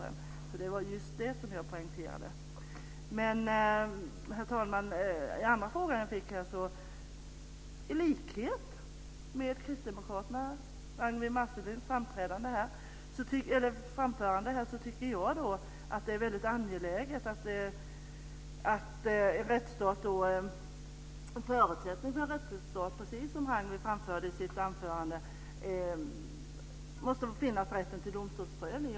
Det var just det som jag poängterade. Herr talman! När det gäller den andra frågan som jag fick så tycker jag i likhet med kristdemokraterna att en förutsättning för en rättsstat, precis som Ragnwi Marcelind framförde i sitt anförande, är att det måste finnas en rätt till domstolsprövning.